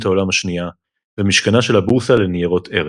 העולם השנייה ומשכנה של הבורסה לניירות ערך.